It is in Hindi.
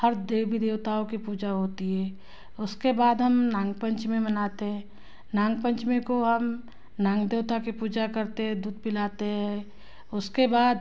हर देवी देवताओं की पूजा होती है उसके बाद हम नाग पंचमी मनाते हैं नाग पंचमी को हम नाग देवता की पूजा करते दूध पिलाते हैं उसके बाद